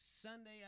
Sunday